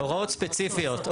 הוראות ספציפיות.